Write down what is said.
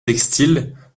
textile